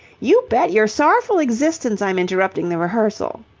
you bet your sorrowful existence i'm interrupting the rehearsal,